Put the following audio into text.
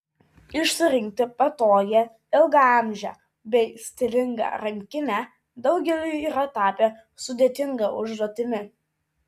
išsirinkti patogią ilgaamžę bei stilingą rankinę daugeliui yra tapę sudėtinga užduotimi